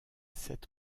sept